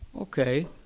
Okay